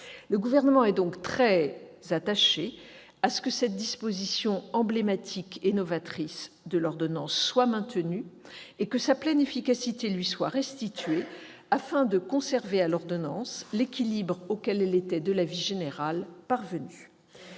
Le Gouvernement est donc très attaché à ce que cette disposition emblématique et novatrice de l'ordonnance soit maintenue et que sa pleine efficacité lui soit restituée, afin de conserver à l'ordonnance l'équilibre auquel elle était, de l'avis général, parvenue.